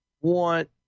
want